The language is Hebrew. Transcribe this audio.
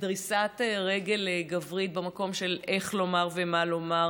דריסת רגל גברית במקום של איך לומר ומה לומר